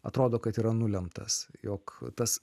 atrodo kad yra nulemtas jog tas